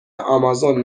امازون